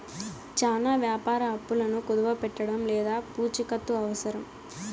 చానా వ్యాపార అప్పులను కుదవపెట్టడం లేదా పూచికత్తు అవసరం